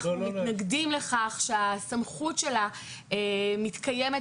אנחנו מתנגדים לכך שהסמכות שלה מתקיימת